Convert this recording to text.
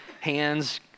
hands